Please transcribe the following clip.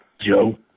Joe